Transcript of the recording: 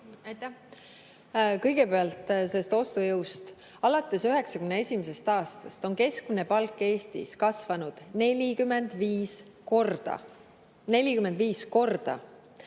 Aitäh! Kõigepealt ostujõust. Alates 1991. aastast on keskmine palk Eestis kasvanud 45 korda. 45 korda!